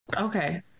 Okay